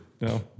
No